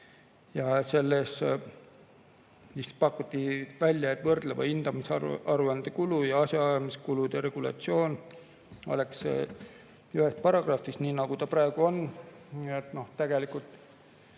Ja selles pakutakse välja, et võrdleva hindamise aruande kulu ja asjaajamiskulude regulatsioon oleks ühes paragrahvis, nii nagu ta praegu on. Tegelikult